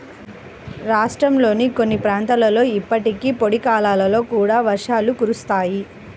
రాష్ట్రంలోని కొన్ని ప్రాంతాలలో ఇప్పటికీ పొడి కాలంలో కూడా వర్షాలు కురుస్తాయి